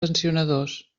sancionadors